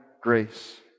grace